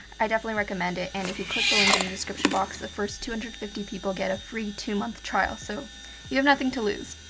i definitely recommend it, and if you click the link in the description box, the first two hundred and fifty people get a free two month trial so you have nothing to lose.